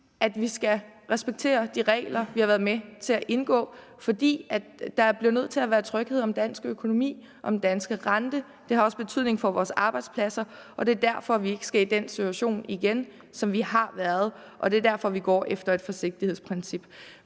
at vi skal respektere de regler, vi har været med til at indføre, fordi der bliver nødt til at være tryghed om dansk økonomi, om den danske rente. Det har også betydning for vores arbejdspladser, og det er derfor, at vi ikke igen skal i den situation, som vi har været i. Det er derfor, vi følger et forsigtighedsprincip.